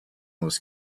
was